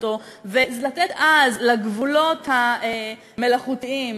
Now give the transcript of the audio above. ולתת אז לגבולות המלאכותיים,